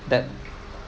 that